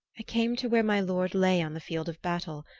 i came to where my lord lay on the field of battle,